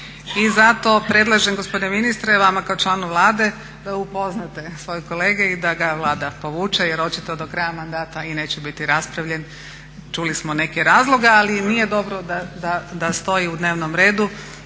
I zato predlažem gospodine ministre vama kao članu Vlade da upoznate svoje kolege i da ga Vlada povuče, jer očito do kraja mandata i neće biti raspravljen. Čuli smo neke razloge, ali nije dobro da stoji u dnevnom redu